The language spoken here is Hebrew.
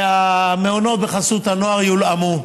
היא שהמעונות בחסות הנוער יולאמו.